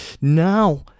Now